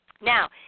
Now